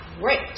great